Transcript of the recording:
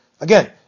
Again